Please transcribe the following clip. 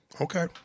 Okay